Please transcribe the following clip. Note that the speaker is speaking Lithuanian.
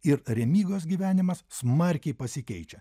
ir remygos gyvenimas smarkiai pasikeičia